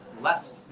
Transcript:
left